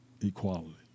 equality